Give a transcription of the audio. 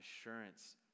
assurance